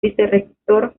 vicerrector